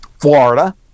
Florida